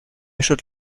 should